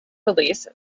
release